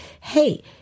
hey